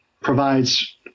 provides